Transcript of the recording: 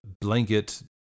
blanket